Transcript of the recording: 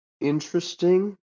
interesting